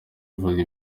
ivuga